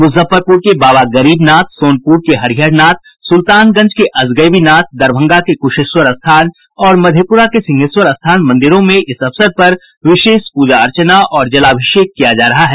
मुजफ्फरपुर के बाबा गरीबनाथ मंदिर सोनपुर के हरिहरनाथ सुल्तानगंज के अजगैबीनाथ दरभंगा के कुशेश्वर स्थान और मधेपुरा के सिंहेश्वर स्थान मंदिरों में इस अवसर पर विशेष पूजा अर्चना और जलाभिषेक किया जा रहा है